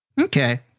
okay